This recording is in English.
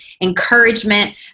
encouragement